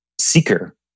seeker